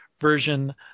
version